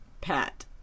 pat